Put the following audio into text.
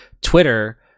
Twitter